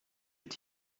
your